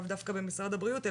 לאו דווקא במשרד הבריאות,